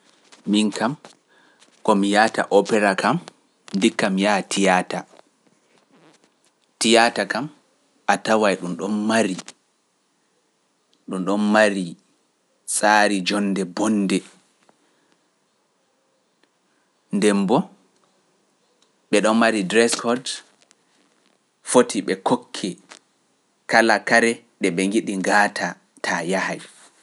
Miin kam komi yahata opera kam ndikka mi yaha theater, theater kam a taway ɗumɗon mari, ɗumɗon mari tsaari joonnde mboonnde nden boo ɓe ɗon mari dress code, fotii ɓe kokkee kala kare ɗe ɓe ngiɗi ngaata ta a yahay.